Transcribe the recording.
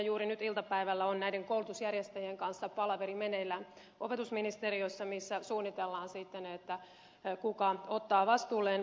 juuri nyt iltapäivällä on näiden koulutusjärjestäjien kanssa palaveri meneillään opetusministeriössä missä suunnitellaan sitten kuka ottaa vastuulleen